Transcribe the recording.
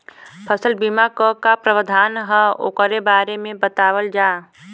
फसल बीमा क का प्रावधान हैं वोकरे बारे में बतावल जा?